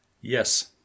Yes